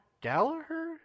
Gallagher